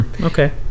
Okay